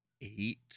Eight